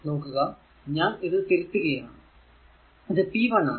നോക്കുക ഞാൻ ഇത് തിരുത്തുകയാണ് ഇത് p1 ആണ്